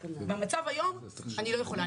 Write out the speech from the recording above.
במצב היום אני לא יכולה,